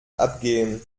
abgehen